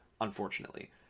unfortunately